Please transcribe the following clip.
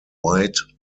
white